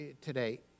today